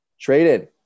Traded